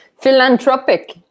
philanthropic